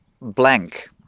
blank